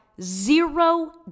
zero